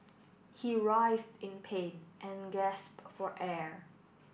he writhed in pain and gasped for air